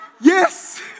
Yes